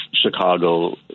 Chicago